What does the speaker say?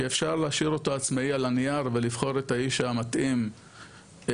כי אפשר להשאיר אותו עצמאי על הנייר ולבחור את האיש המתאים לשלטון,